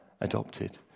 adopted